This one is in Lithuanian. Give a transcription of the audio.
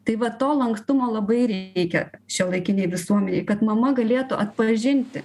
tai va to lankstumo labai reikia šiuolaikinei visuomenei kad mama galėtų atpažinti